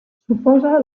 suposa